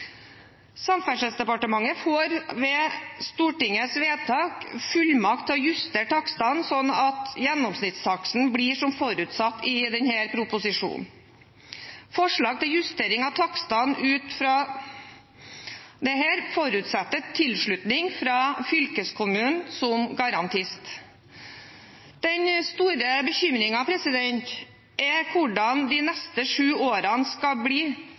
Samferdselsdepartementet får ved Stortingets vedtak fullmakt til å justere takstene sånn at gjennomsnittstaksten blir som forutsatt i denne proposisjonen. Forslag til justering av takstene ut fra dette forutsetter tilslutning fra fylkeskommunen som garantist. Den store bekymringen er hvordan de neste sju årene skal bli,